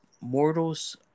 mortals